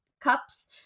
cups